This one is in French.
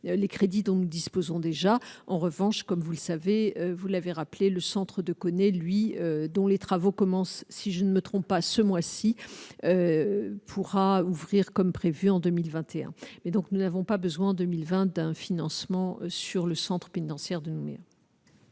les crédits dont nous disposons déjà en revanche, comme vous le savez, vous l'avez rappelé le centre de connaît, lui dont les travaux commencent, si je ne me trompe pas ce mois-ci pourra ouvrir comme prévu en 2021 mais donc nous n'avons pas besoin en 2020, d'un financement sur le Centre pénitentiaire de Nouméa.